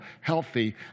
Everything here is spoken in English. healthy